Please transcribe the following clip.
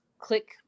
click